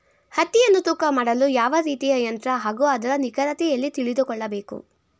ಹತ್ತಿಯನ್ನು ತೂಕ ಮಾಡಲು ಯಾವ ರೀತಿಯ ಯಂತ್ರ ಹಾಗೂ ಅದರ ನಿಖರತೆ ಎಲ್ಲಿ ತಿಳಿದುಕೊಳ್ಳಬೇಕು?